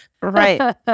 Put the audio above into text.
Right